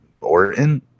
Orton